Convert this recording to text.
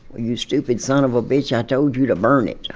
you stupid son of a bitch i told you to burn it.